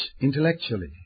intellectually